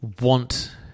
want